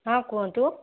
ହଁ କୁହନ୍ତୁ